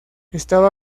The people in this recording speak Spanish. estaba